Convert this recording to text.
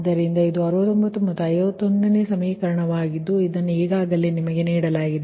ಆದ್ದರಿಂದ ಇದು 69 ಮತ್ತು 51 ಸಮೀಕರಣವಾಗಿದೆ ಸಮೀಕರಣವನ್ನು ಈಗಾಗಲೇ ನಿಮಗೆ ನೀಡಲಾಗಿದೆ